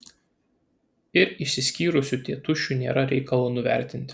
ir išsiskyrusių tėtušių nėra reikalo nuvertinti